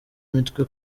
imitwe